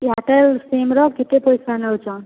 Airtel ସିମ୍ର କେତେ ପଇସା ନେଉଛ